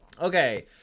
Okay